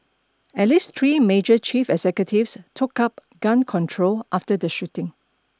at least three major chief executives took up gun control after the shooting